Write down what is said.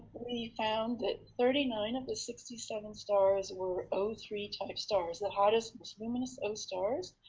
we found that thirty nine of the sixty seven stars were o three type stars that hottest, most luminous and stars.